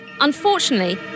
Unfortunately